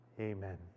amen